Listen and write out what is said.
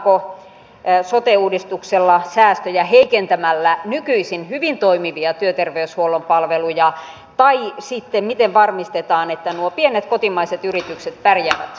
haetaanko sote uudistuksella säästöjä heikentämällä nykyisin hyvin toimivia työterveyshuollon palveluja tai miten varmistetaan että nuo pienet kotimaiset yritykset pärjäävät